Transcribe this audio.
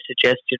suggested